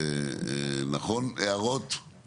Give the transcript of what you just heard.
כי אנחנו רוצים לאפשר כמה שאפשר גמישות שיכולה להיטיב עם